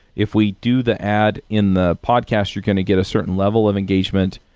if we do the ad in the podcast, you're going to get a certain level of engagement.